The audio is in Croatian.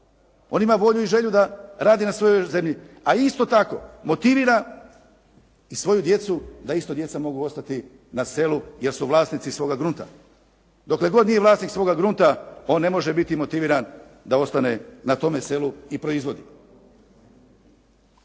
On ima volju i želju da radi na svojoj zemlji, a isto tako motivira i svoju djecu, da isto djeca mogu ostati na selu, jer su vlasnici svog grunta. Dokle god nije vlasnik svoga grunta, on ne može biti motiviran da ostane na tome selu i proizvodi.